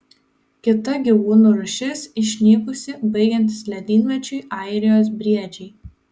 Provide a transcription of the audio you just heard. kita gyvūnų rūšis išnykusi baigiantis ledynmečiui airijos briedžiai